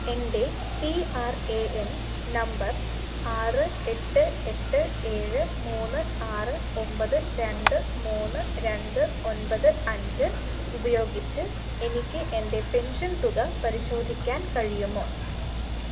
എൻ്റെ P R A N number ആറ് എട്ട് എട്ട് ഏഴ് മൂന്ന് ആറ് ഒമ്പത് രണ്ട് മൂന്ന് രണ്ട് ഒമ്പത് അഞ്ച് ഉപയോഗിച്ച് എനിക്ക് എൻ്റെ പെൻഷൻ തുക പരിശോധിക്കാൻ കഴിയുമോ